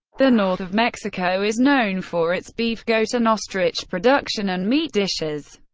the north of mexico is known for its beef, goat and ostrich production and meat dishes,